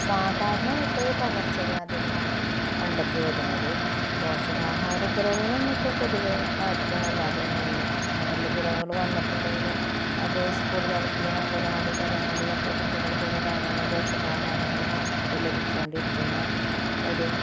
സാധാരണയായിട്ട് പകർച്ചവ്യാധികളാണ് കണ്ടെത്തി വരുന്നത് പോഷകാഹാരക്കുറവുകളൊന്നും ഇപ്പോൾ പൊതുവേ ആർക്കും വല്ലാതെ ഒന്നുമില്ല അങ്ങനെ എന്ത് കുറവുകൾ വന്നിട്ടുണ്ടെങ്കിലും അത് സ്കൂൾ തലത്തിലും അംഗനവാടി തലങ്ങളിലൊക്കെ കുട്ടികൾകൊക്കെ ധാരാളം പോഷകാഹാരങ്ങൾ നമുക്ക് ഇപ്പോൾ ലഭിച്ചു കൊണ്ടിരിക്കുന്ന ഒരു